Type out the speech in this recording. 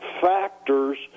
factors